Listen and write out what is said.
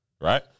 Right